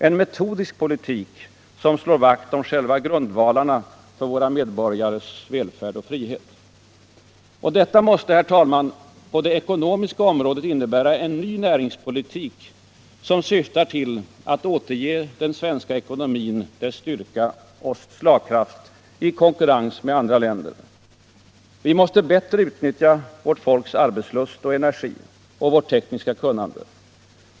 En metodisk politik, som slår vakt om själva grundvalarna för våra medborgares välfärd och frihet. Detta måste, herr talman, på det ekonomiska området innebära en ny näringspolitik, som syftar till att återge den svenska ekonomin dess styrka och slagkraft i konkurrensen med andra länder. Vi måste bättre utnyttja vårt folks arbetslust och energi, vårt tekniska kunnande.